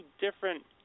different